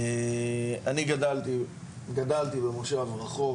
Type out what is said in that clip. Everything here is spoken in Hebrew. אני גדלתי במושב רחוק,